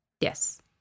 Yes